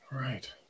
Right